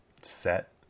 set